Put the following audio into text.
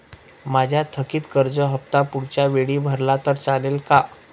माझा थकीत कर्ज हफ्ता पुढच्या वेळी भरला तर चालेल का?